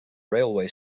railway